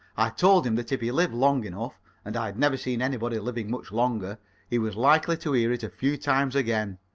i told him that if he lived long enough and i'd never seen anybody living much longer he was likely to hear it a few times again.